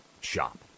shop